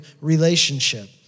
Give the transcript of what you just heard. relationship